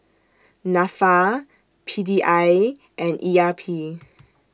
Nafa P D I and E R P